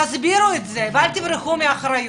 תסדירו את זה ואל תברחו מאחריות.